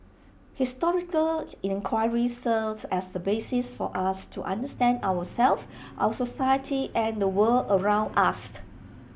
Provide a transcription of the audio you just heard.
historical enquiry serves as A basis for us to understand ourselves our society and the world around us